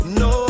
no